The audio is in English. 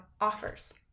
offers